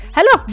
Hello